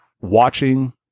watching